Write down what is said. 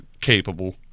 capable